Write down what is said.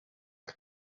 uyu